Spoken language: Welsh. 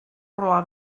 rywle